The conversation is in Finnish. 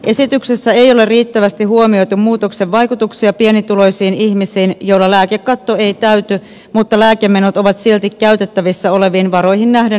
esityksessä ei ole riittävästi huomioitu muutoksen vaikutuksia pienituloisiin ihmisiin joilla lääkekatto ei täyty mutta lääkemenot ovat silti käytettävissä oleviin varoihin nähden huomattavan suuret